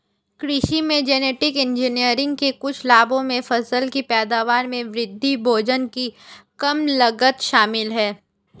कृषि में genetic engineering के कुछ लाभों में फसल की पैदावार में वृद्धि, भोजन की कम लागत शामिल हैं